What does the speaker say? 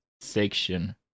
section